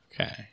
Okay